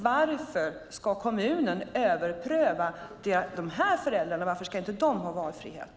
Varför ska kommunen överpröva de här föräldrarna? Varför ska inte de ha valfrihet?